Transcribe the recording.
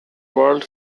world